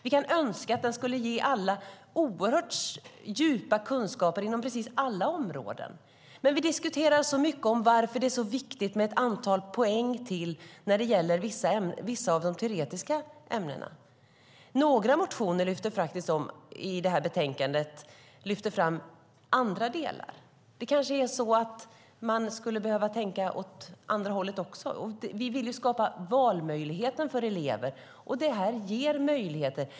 Vi kan bara önska att den skulle ge alla oerhört djupa kunskaper inom precis alla områden. Vi diskuterar mycket varför det är så viktigt med ett antal poäng när det gäller vissa av de teoretiska ämnena. I några motioner i betänkandet lyfter man fram andra delar. Man kanske skulle behöva tänka åt det andra hållet också. Vi vill skapa valmöjligheter för elever. Detta ger möjligheter.